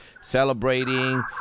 celebrating